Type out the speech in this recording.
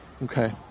Okay